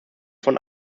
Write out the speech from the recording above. von